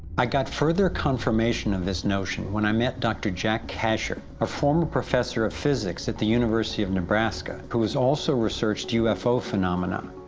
i got further confirmation of this notion when i met dr. jack kasher, a former professor of physics at the university of nebraska, who has also researched ufo phenomena.